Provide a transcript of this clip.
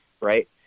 Right